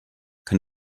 kann